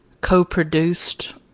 co-produced